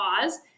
pause